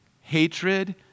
hatred